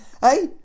hey